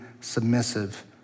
submissive